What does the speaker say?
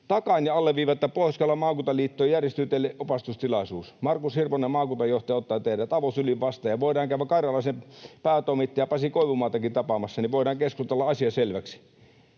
takaan ja alleviivaan, että Pohjois-Karjalan maakuntaliitosta järjestyy teille opastustilaisuus. Markus Hirvonen, maakuntajohtaja, ottaa teidät avosylin vastaan. Voidaan käydä Karjalaisen päätoimittajaa Pasi Koivumaatakin tapaamassa, niin voidaan keskustella asia selväksi.